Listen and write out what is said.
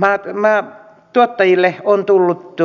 tässä välissä tuottajille on tullut